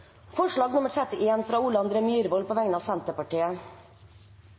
forslag nr. 31, fra Ole André Myhrvold på vegne av Senterpartiet